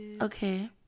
Okay